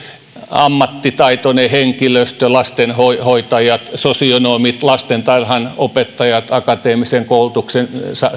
ammattitaitoinen henkilöstö lastenhoitajat sosionomit lastentarhanopettajat akateemisen koulutuksen